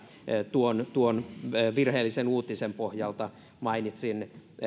tuon tuon virheellisen uutisen pohjalta mainitsin